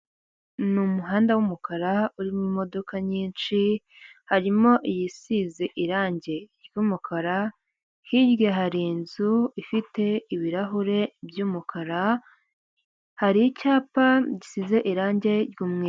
Ni umuhanda w'umukara urimo imodoka nyinshi, harimo iyisize irangi ry'umukara, hirya hari inzu ifite ibirahure by'umukara hari icyapa gisize irangi ry'umweru.